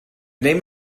name